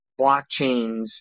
blockchains